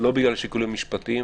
לא בגלל שיקולים משפטיים,